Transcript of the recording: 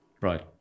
right